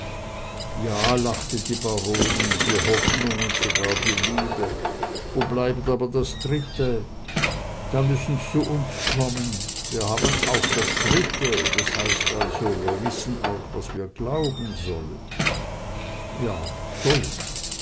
ja lachte die baronin die hoffnung und sogar die liebe wo bleibt aber das dritte da müssen s zu uns kommen wir haben noch das dritte das heißt also wir wissen auch was wir glauben sollen ja sollen